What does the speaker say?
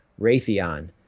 Raytheon